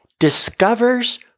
discovers